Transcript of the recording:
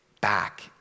back